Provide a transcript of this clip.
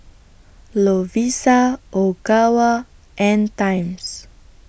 Lovisa Ogawa and Times